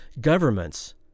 Governments